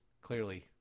clearly